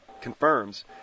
confirms